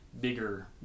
bigger